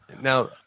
Now